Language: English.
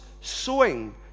sowing